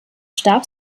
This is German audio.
starb